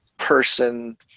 person